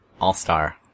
All-Star